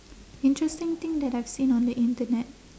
interesting thing that I've seen on the internet